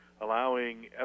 allowing